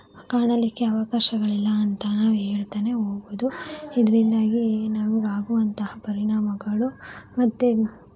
ಕಾಣಲಿಕ್ಕೆ ಅವಕಾಶಗಳಿಲ್ಲ ಅಂತ ನಾವು ಹೇಳ್ತಾನೇ ಹೋಗ್ಬೋದು ಇದರಿಂದಾಗಿ ನಮ್ಗೆ ಆಗುವಂತಹ ಪರಿಣಾಮಗಳು ಮತ್ತೆ